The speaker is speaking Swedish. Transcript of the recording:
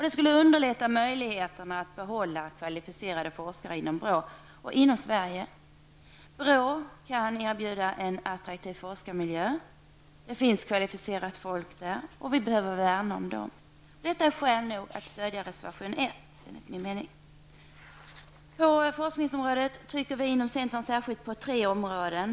Det skulle underlätta möjligheten att behålla kvalificerade forskare inom BRÅ och inom Sverige. BRÅ kan erbjuda en attraktiv forskarmiljö. Det finns kvalificerat folk där, och vi behöver värna om dem. Detta är skäl nog att stödja reservation 1. På forskningsområdet trycker vi inom centern särskilt på tre områden.